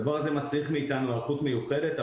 הדבר הזה מצריך מאיתנו היערכות מיוחדת,